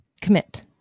Commit